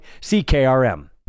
CKRM